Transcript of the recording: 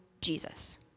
Jesus